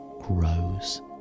grows